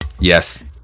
Yes